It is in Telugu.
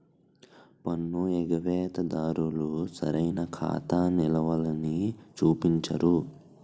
పన్ను ఎగవేత దారులు సరైన ఖాతా నిలవలని చూపించరు